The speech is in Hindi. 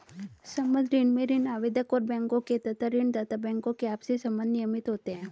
संबद्ध ऋण में ऋण आवेदक और बैंकों के तथा ऋण दाता बैंकों के आपसी संबंध नियमित होते हैं